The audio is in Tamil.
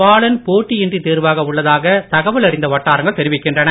பாலன் போட்டியின்றி தேர்வாக உள்ளதாக தகவல் அறிந்த வட்டாரங்கள் தெரிவிக்கின்றன